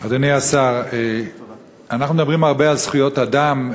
אדוני השר, אנחנו מדברים הרבה על זכויות אדם.